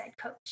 coach